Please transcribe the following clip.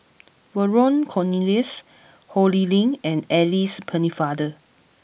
Vernon Cornelius Ho Lee Ling and Alice Pennefather